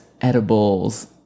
edibles